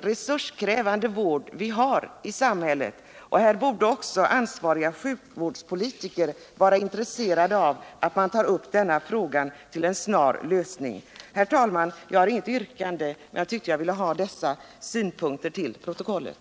resurskrävande vård vi har i samhället, och ansvariga sjukvårdspolitiker borde därför vara intresserade av att man tar upp denna fråga så att den snarast möjligt får en lösning. Herr talman! Jag har inget yrkande, men jag ville få dessa mina synpunkter till protokollet.